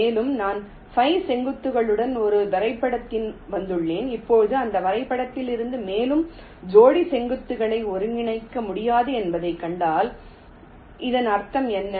எனவே நான் 5 செங்குத்துகளுடன் ஒரு வரைபடத்திற்கு வந்துள்ளேன் இப்போது இந்த வரைபடத்திலிருந்து மேலும் ஜோடி செங்குத்துகளை ஒன்றிணைக்க முடியாது என்பதைக் கண்டால் இதன் அர்த்தம் என்ன